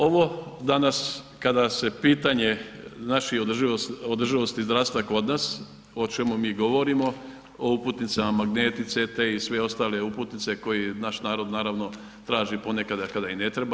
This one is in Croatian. Ovo danas kada se pitanje znači održivost zdravstva kod nas o čemu mi govorimo, o uputnicama, magneti, CT-e i sve ostale uputnice koje naš narod naravno traži ponekad kada i ne treba.